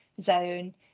zone